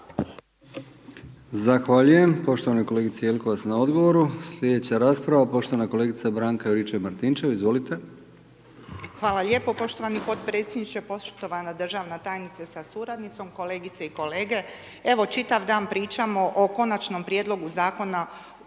Zahvaljujem poštovanoj kolegici Jelovac na odgovoru. Slijedeća rasprava poštovana kolegica Branka Juričev-Martinčev, izvolite. **Juričev-Martinčev, Branka (HDZ)** Hvala lijepo poštovani potpredsjedniče, poštovana državna tajnice sa suradnicom, kolegice i kolege, evo čitav dan pričamo o Konačnom prijedlogu Zakona o